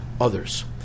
others